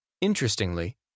Interestingly